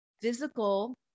physical